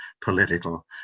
political